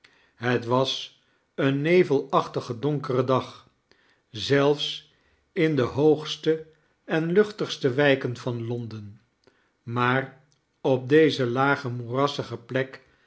het was een nevelachtige donkere dag zelfs in de hoogste en luchtigste wijken van londen maar op deze lage moerassige plek